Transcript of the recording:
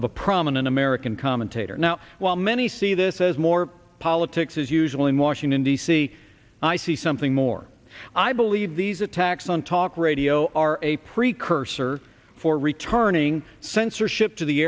a prominent american commentator now while many see this as more politics as usual in washington d c i see something more i believe these attacks on talk radio are a precursor for returning censorship to the